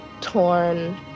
torn